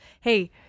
Hey